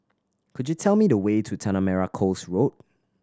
could you tell me the way to Tanah Merah Coast Road